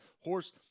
horse